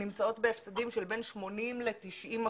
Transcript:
נמצאות בהפסדים של בין 80% ל-90%.